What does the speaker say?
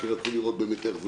כי רצו לראות באמת איך זה